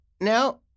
now